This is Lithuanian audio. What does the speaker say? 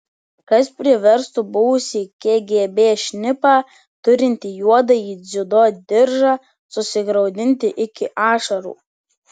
kas priverstų buvusį kgb šnipą turintį juodąjį dziudo diržą susigraudinti iki ašarų